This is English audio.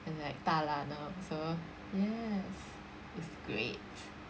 and like 大辣 now so yes it's great